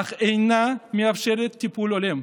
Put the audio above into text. אך אינה מאפשרת טיפול הולם.